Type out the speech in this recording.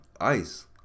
ice